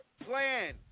plan